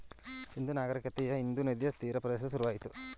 ಸಿಂಧೂ ನಾಗರಿಕತೆಯ ಸಿಂಧೂ ನದಿಯ ತೀರ ಪ್ರದೇಶದಲ್ಲಿ ಶುರುವಾಯಿತು